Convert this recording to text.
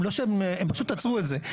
הם פשוט עצרו את זה.